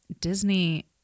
Disney